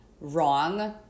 wrong